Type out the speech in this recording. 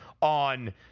on